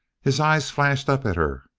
his eyes flashed up at her,